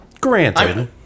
Granted